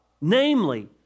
Namely